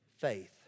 Faith